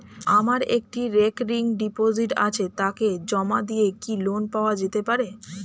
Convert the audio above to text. আমার একটি recurring deposit আছে তাকে জমা দিয়ে কি লোন পাওয়া যেতে পারে?